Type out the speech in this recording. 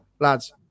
Lads